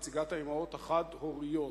נציגת האמהות החד-הוריות: